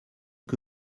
que